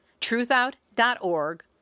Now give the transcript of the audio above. TruthOut.org